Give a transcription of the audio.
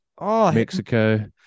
Mexico